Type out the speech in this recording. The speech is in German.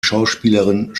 schauspielerin